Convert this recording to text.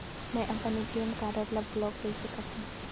मै अपन ATM card ल ब्लाक कइसे करहूं?